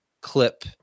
clip